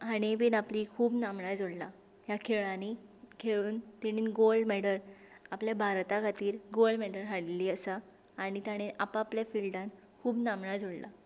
हांणीय बीन आपलीं खूब नामणां जोडला ह्या खेळांनी खेळून तेणीन गोल्ड मॅडल आपल्या भारता खातीर गोल्ड मॅडल हाडलेलीं आसा आनी ताणें आप आपले फिल्डान खूब नामनां जोडला